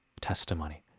testimony